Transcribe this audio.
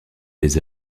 des